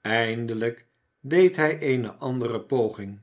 eindelijk deed j hij eene andere poging